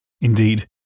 Indeed